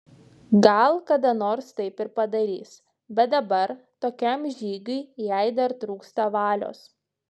gal kada nors taip ir padarys bet dabar tokiam žygiui jai dar trūksta valios